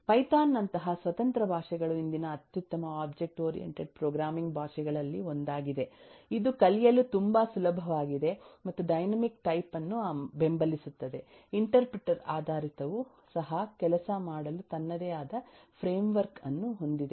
Python ನಂತಹ ಸ್ವತಂತ್ರ ಭಾಷೆಗಳುಇಂದಿನ ಅತ್ಯುತ್ತಮ ಒಬ್ಜೆಕ್ಟ್ ಓರಿಯೆಂಟೆಡ್ ಪ್ರೋಗ್ರಾಮಿಂಗ್ ಭಾಷೆಗಳಲ್ಲಿ ಒಂದಾಗಿದೆ ಇದು ಕಲಿಯಲು ತುಂಬಾ ಸುಲಭವಾಗಿದೆ ಮತ್ತುಡೈನಾಮಿಕ್ ಟೈಪ್ ಅನ್ನು ಬೆಂಬಲಿಸುತ್ತದೆ ಇಂಟರ್ಪ್ರಿಟರ್ ಆಧಾರಿತವೂ ಸಹಕೆಲಸ ಮಾಡಲುತನ್ನದೇ ಆದಫ್ರೇಮ್ವರ್ಕ್ ಅನ್ನುಹೊಂದಿದೆ